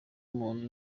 umuntu